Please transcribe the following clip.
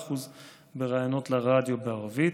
167% בראיונות לרדיו בערבית.